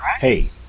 Hey